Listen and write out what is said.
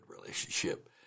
relationship